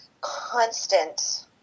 constant